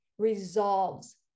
resolves